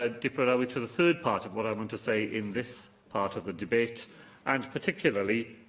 ah dirprwy lywydd, to the third part of what i'm going to say in this part of the debate and, particularly,